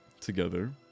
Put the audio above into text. together